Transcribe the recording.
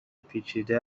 پیچیده